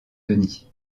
denis